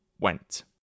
went